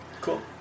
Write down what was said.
Cool